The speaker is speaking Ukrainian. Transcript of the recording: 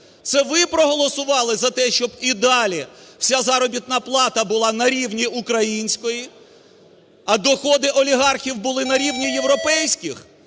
Це ви проголосували за те, щоб і далі вся заробітна плата була на рівні української, а доходи олігархів були на рівні європейських?